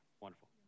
wonderful